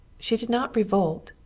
she did not revolt.